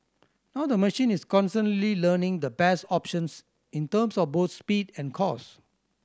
now the machine is constantly learning the best options in terms of both speed and cost